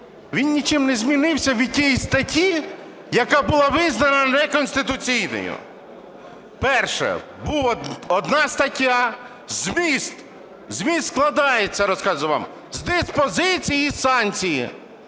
він нічим не змінився від тієї статті, яка була визнана неконституційною. Перше. Була одна стаття. Зміст складається, розказую вам, з диспозиції санкцій.